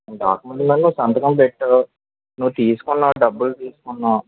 నువ్వు డాక్క్యుమెంట్లలో నువ్వు సంతకం పెట్టావు నువ్వు తీసుకున్నావు డబ్బులు తీసుకున్నావు